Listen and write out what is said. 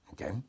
Okay